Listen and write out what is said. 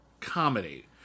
Comedy